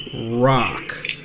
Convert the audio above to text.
rock